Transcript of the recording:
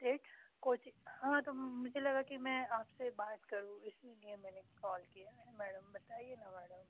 देख कोचिंग हाँ तो मुझे लगा कि मैं आपसे बात करूँ इसीलिए मैंने कॉल किया मैंने मैडम बताएगी ना मैडम